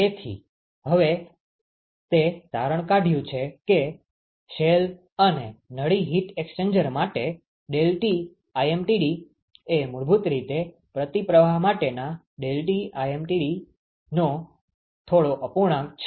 તેથી હવે તે તારણ કાઢયું છે કે શેલ અને નળી હીટ એક્સ્ચેન્જર માટે ∆Tlmtd એ મૂળભૂત રીતે પ્રતિપ્રવાહ માટેના ∆Tlmtd નો થોડો અપૂર્ણાંક છે